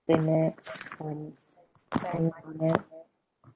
in it and